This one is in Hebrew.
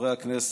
חברי הכנסת,